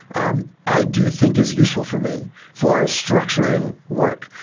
um i do think is useful for me for structuring work,